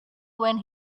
when